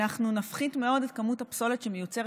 אנחנו נפחית מאוד את כמות הפסולת שמיוצרת